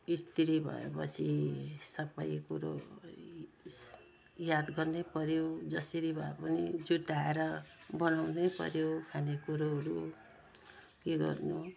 स्त्री भएपछि सबै कुरो याद गर्नैपर्यो जसरी भए पनि जुटाएर बनाउनैपर्यो खानेकुरोहरू के गर्नु